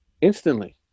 instantly